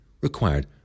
required